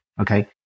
Okay